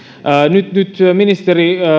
nyt nyt ministeri